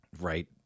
right